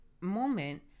moment